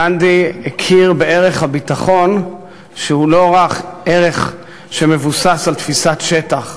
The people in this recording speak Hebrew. הכיר גנדי בערך הביטחון שהוא לא רק ערך שמבוסס על תפיסת שטח,